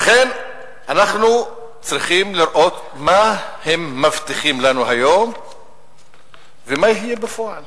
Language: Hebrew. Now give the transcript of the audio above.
לכן אנחנו צריכים לראות מה הם מבטיחים לנו היום ומה יהיה בפועל.